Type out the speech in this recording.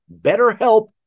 BetterHelp